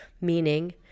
meaning